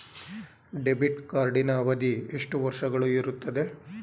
Debit ಕಾರ್ಡಿನ ಅವಧಿ ಎಷ್ಟು ವರ್ಷಗಳು ಇರುತ್ತದೆ?